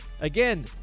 again